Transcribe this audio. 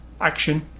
action